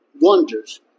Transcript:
wonders